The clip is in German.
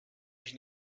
mich